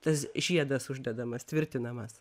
tas žiedas uždedamas tvirtinamas